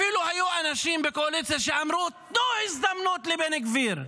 אפילו היו אנשים בקואליציה שאמרו: תנו הזדמנות לבן גביר.